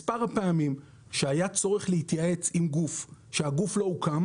מספר הפעמים שהיה צורך להתייעץ עם גוף כשהגוף לא הוקם,